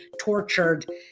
tortured